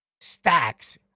Stacks